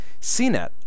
CNET